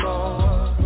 Lord